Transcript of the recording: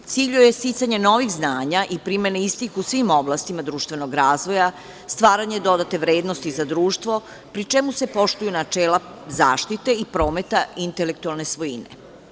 Cilj joj je sticanje novih znanja i primene istih u svim oblastima društvenog razvoja, stvaranje dodatne vrednosti za društvo, pri čemu se poštuju načela zaštite i prometa intelektualne svojine.